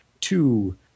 two